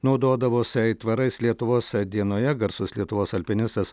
naudodavosi aitvarais lietuvos dienoje garsus lietuvos alpinistas